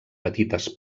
petites